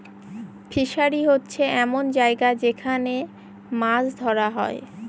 fishery হচ্ছে এমন জায়গা যেখান মাছ ধরা হয়